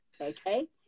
Okay